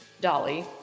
Dolly